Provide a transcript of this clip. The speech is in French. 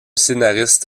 scénariste